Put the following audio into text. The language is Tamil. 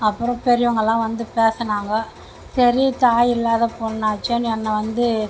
அப்புறம் பெரியவங்கள்லாம் வந்து பேசுனாங்க சரி தாய் இல்லாத பொண்ணாச்சேனு என்னை வந்து